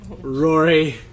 Rory